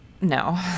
No